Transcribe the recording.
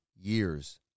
years